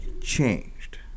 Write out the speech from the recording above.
changed